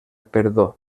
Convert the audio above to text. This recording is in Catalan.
perdó